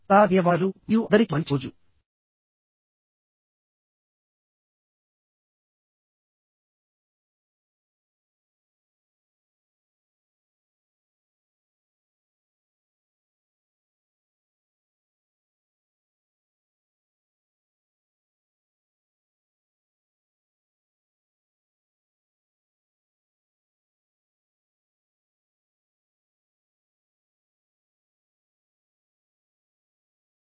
చాలా ధన్యవాదాలు మరియు అందరికీ మంచి రోజు